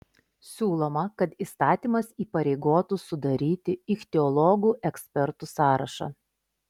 siūloma kad įstatymas įpareigotų sudaryti ichtiologų ekspertų sąrašą